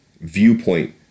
Viewpoint